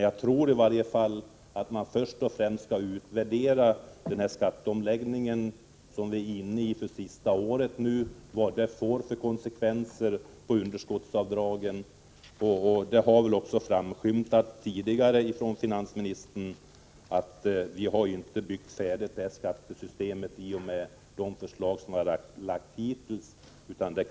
Jag tror i varje fall att man först och främst skall utvärdera den skatteomläggning som nu är inne i sista året för att se vilka konsekvenser den får för underskottsavdragen. Det har också framskymtat tidigare i finansministerns uttalanden att vi inte har färdigbyggt skattesystemet i och med de förslag som hittills har framlagts.